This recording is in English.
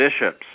bishops